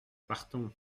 partons